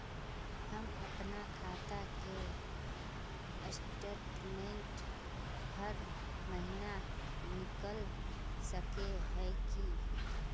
हम अपना खाता के स्टेटमेंट हर महीना निकल सके है की?